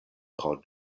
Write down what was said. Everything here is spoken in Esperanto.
pro